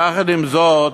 יחד עם זאת,